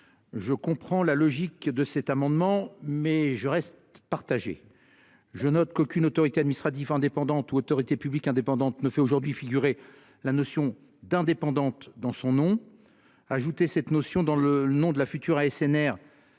je comprends sa logique, mais je reste partagé. Je note qu’aucune autorité administrative indépendante ou autorité publique indépendante ne fait figurer la notion d’indépendance dans son nom. Ajouter cette notion dans le nom de la future ASNR